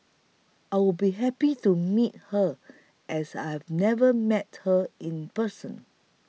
I'll be happy to meet her as I've never met her in person